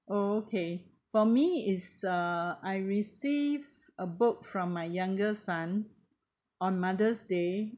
oo~ okay for me is uh I receive a book from my younger son on mother's day